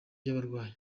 cy’abarwayi